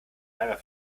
einmal